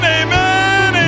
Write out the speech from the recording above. amen